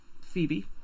Phoebe